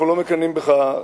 אנחנו לא מקנאים בך.